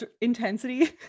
intensity